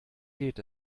geht